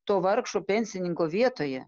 to vargšo pensininko vietoje